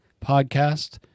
podcast